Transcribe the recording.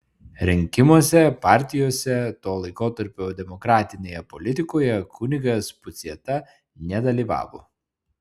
rinkimuose partijose to laikotarpio demokratinėje politikoje kunigas puciata nedalyvavo